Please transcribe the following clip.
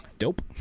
Dope